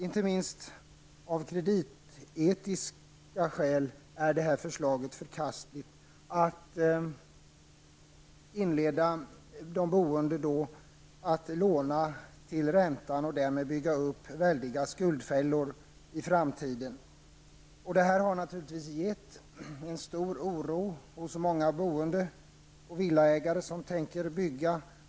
Inte minst av kreditetiska skäl är detta förslag förkastligt. Det innebär att man förmås att låna till räntan och att därmed väldiga skuldfällor byggs upp i framtiden. Detta har naturligtvis lett till en stor oro hos många som tänker bygga.